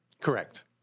Correct